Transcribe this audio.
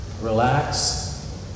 relax